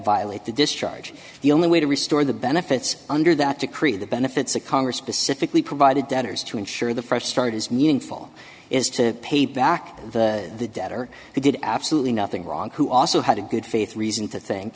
violate the discharge the only way to restore the benefits under that to create the benefits of congress specifically provided debtors to ensure the fresh start is meaningful is to pay back the debt or who did absolutely nothing wrong who also had a good faith reason to thin